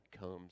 comes